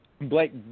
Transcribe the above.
Blake